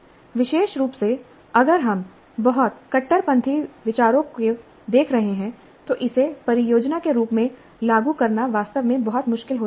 विशेष रूप से अगर हम बहुत कट्टरपंथी विचारों को देख रहे हैं तो इसे परियोजना के रूप में लागू करना वास्तव में बहुत मुश्किल हो सकता है